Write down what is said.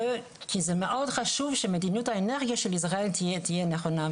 כי זה מאוד חשוב שמדיניות האנרגיה של ישראל תהיה נכונה.